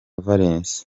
valens